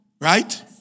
right